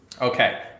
okay